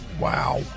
Wow